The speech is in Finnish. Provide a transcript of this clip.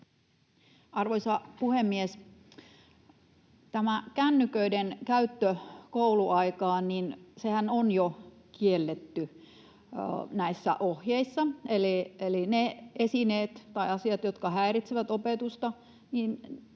Arvoisa puhemies! Tämä kännyköiden käyttö kouluaikaanhan on jo kielletty näissä ohjeissa. Eli niiden esineiden tai asioiden, jotka häiritsevät opetusta,